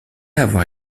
avoir